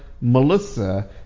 Melissa